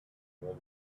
will